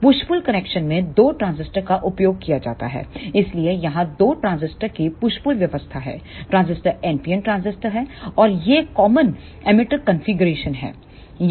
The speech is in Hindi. पुश पुल कनेक्शन में दो ट्रांजिस्टर का उपयोग किया जाता है इसलिए यहां दो ट्रांजिस्टर की पुश पुल व्यवस्था है ट्रांजिस्टर NPN ट्रांजिस्टर हैं और ये कॉमन एमिटर कॉन्फ़िगरेशनहैं